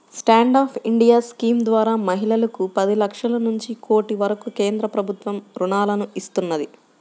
stand up India scheme ద్వారా మహిళలకు పది లక్షల నుంచి కోటి వరకు కేంద్ర ప్రభుత్వం రుణాలను ఇస్తున్నది